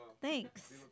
Thanks